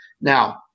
Now